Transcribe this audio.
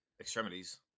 extremities